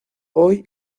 hoy